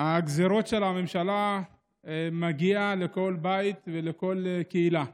הגזרות של הממשלה מגיעות לכל בית ולכל קהילה.